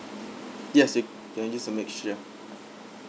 yes you can just to make sure